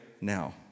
now